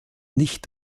nicht